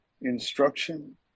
instruction